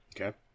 Okay